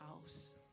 house